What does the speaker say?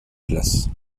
classes